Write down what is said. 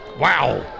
Wow